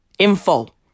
Info